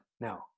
No